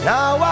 Now